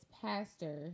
pastor